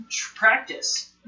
practice